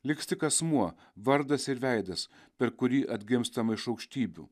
liks tik asmuo vardas ir veidas per kurį atgimstama iš aukštybių